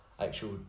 actual